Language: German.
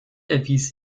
erwies